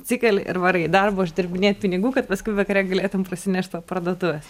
atsikeli ir varai į darbą uždirbinėt pinigų kad paskui vakare galėtum prasinešt po parduotuves